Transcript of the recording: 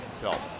tell